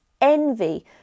envy